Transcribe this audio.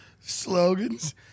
slogans